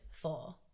Four